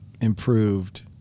improved